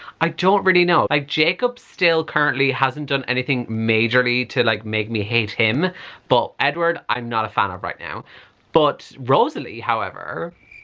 i don't really know like jacob still currently hasn't done anything majorly to like make me hate him but edward i'm not a fan of right now but rosalie however